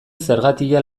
zergatia